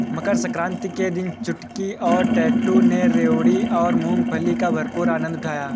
मकर सक्रांति के दिन चुटकी और टैटू ने रेवड़ी और मूंगफली का भरपूर आनंद उठाया